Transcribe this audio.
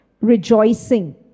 rejoicing